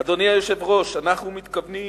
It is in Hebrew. אדוני היושב-ראש, אנחנו מתכוונים